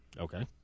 Okay